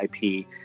ip